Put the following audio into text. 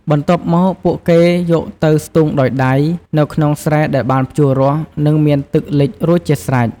បន្ទាប់មក ពួកគេយកទៅ ស្ទូងដោយដៃ នៅក្នុងស្រែដែលបានភ្ជួររាស់ និងមានទឹកលិចរួចជាស្រេច។